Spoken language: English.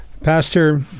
Pastor